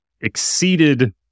exceeded